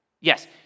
Yes